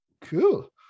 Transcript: Cool